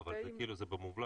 אבל זה כאילו במובלע.